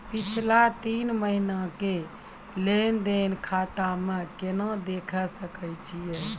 पिछला तीन महिना के लेंन देंन खाता मे केना देखे सकय छियै?